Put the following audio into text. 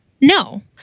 No